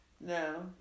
No